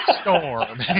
Storm